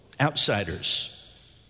Outsiders